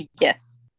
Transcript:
yes